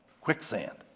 quicksand